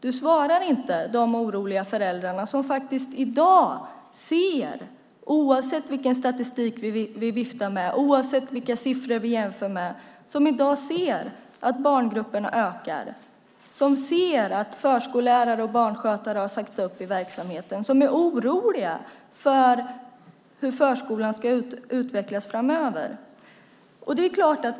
Du svarar inte oroliga föräldrar som i dag ser, oavsett vilken statistik vi viftar med och oavsett vilka siffror vi jämför, att barngruppernas storlek ökar, som ser att förskollärare och barnskötare har sagts upp. De är oroliga för hur förskolan ska utvecklas framöver.